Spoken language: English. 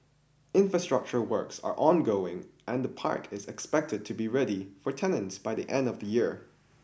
infrastructure works are ongoing and the park is expected to be ready for tenants by the end of the year